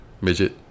midget